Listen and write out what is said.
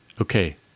Okay